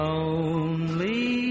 Lonely